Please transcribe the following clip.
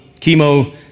chemo